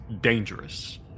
dangerous